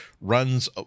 runs